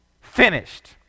finished